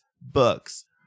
books